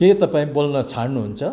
के तपाईँ बोल्न छाड्नुहुन्छ